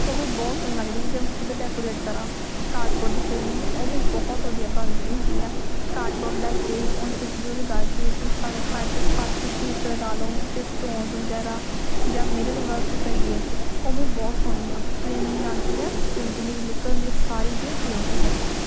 ਉਹ ਵੀ ਬਹੁਤ ਸੋਹਣੀ ਲੱਗਦੀ ਕਿ ਜੇ ਮੈਂ ਖੁਦ ਡੈਕੋਰੇਟ ਕਰਾਂ ਕਾਡਬੋਰਡ ਦੀ ਫਰੇਮਿੰਗ ਉਹ ਵੀ ਬਹੁਤ ਵਧੀਆ ਬਣਦੀ ਹੈਗੀ ਆ ਕਾਡਬੋਰਡ ਲੈ ਕੇ ਉਹ ਤਾਂ ਗਲਿਊ ਲਗਾ ਕੇ ਚੀਜ਼ ਭਾਵੇਂ ਸਾਈਡ 'ਤੇ ਸਪਾਰਕ ਸ਼ੀਟ ਲਗਾ ਲਓ ਉੱਤੇ ਸਟੋਨਜ਼ ਵਗੈਰਾ ਜਾਂ ਮਿਰਰ ਵਰਕ ਕਰੀਏ ਉਹ ਵੀ ਬਹੁਤ ਸੋਹਣੀ ਆ ਫਰੇਮਿੰਗ ਨਾਲ ਕੀ ਆ ਪੇਂਟਿੰਗ ਦੀ ਵੀ ਲੁੱਕ ਹੁੰਦੀ ਉਹ ਸਾਰੀ ਹੀ ਚੇਂਜ ਹੋ ਜਾਂਦੀ ਆ